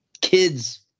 kids